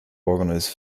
organise